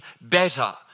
better